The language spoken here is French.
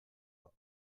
pas